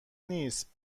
نیست